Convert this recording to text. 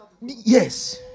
Yes